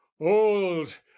old